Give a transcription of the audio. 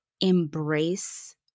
embrace